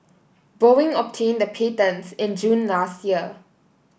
Boeing obtained the patents in June last year